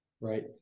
right